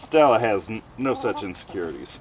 still hasn't no such insecurities